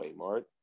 Waymart